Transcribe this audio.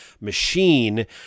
machine